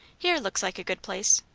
here looks like a good place.